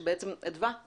שבעצם אדווה,